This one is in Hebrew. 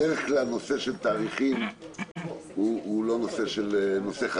בדרך כלל נושא של תאריכים הוא לא נושא חדש,